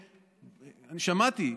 שמעתי,